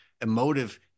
emotive